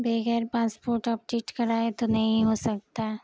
بغیر passport update کرائے تو نہیں ہو سکتا